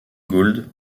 gould